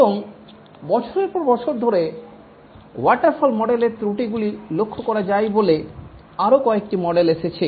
এবং বছরের পর বছর ধরে ওয়াটারফল মডেলের ত্রুটিগুলি লক্ষ্য করা যায় বলে আরও কয়েকটি মডেল এসেছে